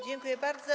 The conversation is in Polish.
Dziękuję bardzo.